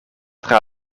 tra